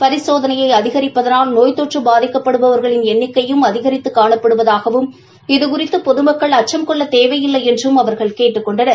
பரிசோதனையை அதிகரிப்பதனால் நோய் தொற்று பாதிக்கப்படுபவர்களின் எண்ணிக்கையும் அதிகரித்து காணப்படுவதாகவும் இது குறித்து பொதுமக்கள் அச்சம் கொள்ள தேவையில்லை என்றும் அவர்கள் கேட்டுக் கொண்டனர்